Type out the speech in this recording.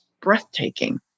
breathtaking